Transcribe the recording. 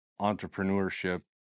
entrepreneurship